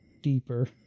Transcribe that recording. deeper